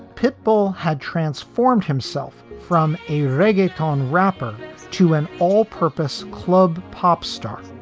pitbull had transformed himself from a reggaeton rapper to an all purpose club pop star,